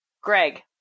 Greg